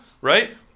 right